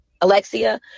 Alexia